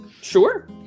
sure